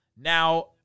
now